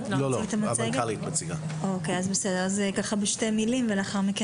אז ככה אנחנו נשמע אותך בשתי מילים ולאחר מכן